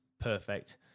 perfect